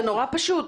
זה נורא פשוט.